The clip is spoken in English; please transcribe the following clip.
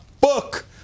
book